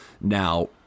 Now –